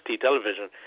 television